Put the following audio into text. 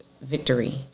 victory